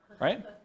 Right